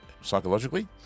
psychologically